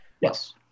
Yes